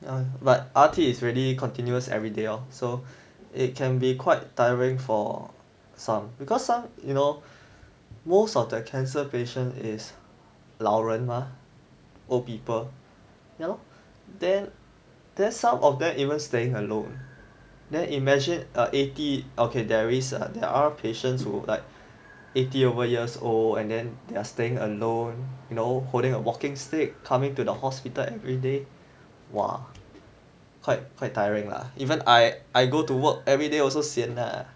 but it is really continuous everyday lor so it can be quite tiring for some because some you know most of the cancer patient is 老人 mah old people ya lor then then some of them even staying alone then imagine err eighty okay there is there are patients who like eighty over years old and then they are staying alone know holding a walking stick coming to the hospital every day !wah! quite quite tiring lah even I I go to work everyday also sian lah